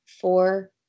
four